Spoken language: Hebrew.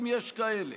אם יש כאלה.